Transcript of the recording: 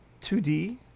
2D